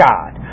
God